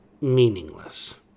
meaningless